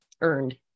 earned